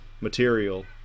material